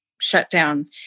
shutdown